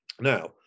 now